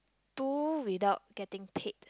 do without getting paid